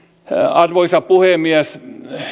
arvoisa puhemies